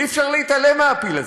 אי-אפשר להתעלם מהפיל הזה.